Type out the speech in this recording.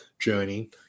journey